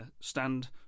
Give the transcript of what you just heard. stand